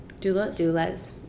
doulas